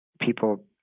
people